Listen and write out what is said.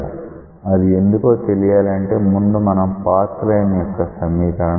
అది ఎందుకో తెలియాలంటే ముందు మనం పాత్ లైన్ యొక్క సమీకరణం వ్రాద్దాం